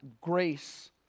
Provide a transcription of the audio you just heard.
grace